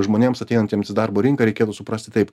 žmonėms ateinantiems į darbo rinką reikėtų suprasti taip